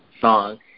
song